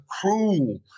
cruel